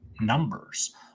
numbers